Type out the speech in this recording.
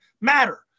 matter